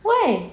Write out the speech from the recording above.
why